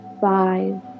five